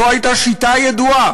זאת הייתה שיטה ידועה